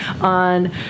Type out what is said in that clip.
on